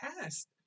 past